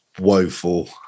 woeful